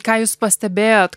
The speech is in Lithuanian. ką jūs pastebėjot